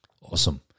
Awesome